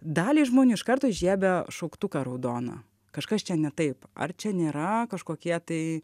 daliai žmonių iš karto įžiebia šauktuką raudoną kažkas čia ne taip ar čia nėra kažkokie tai